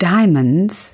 Diamonds